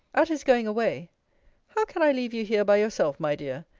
at his going away how can i leave you here by yourself, my dear?